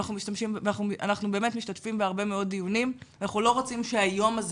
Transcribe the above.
אנחנו משתתפים בהרבה מאוד דיונים ואנחנו לא רוצים שהיום הזה